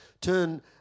turn